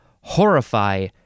horrify